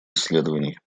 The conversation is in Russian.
исследований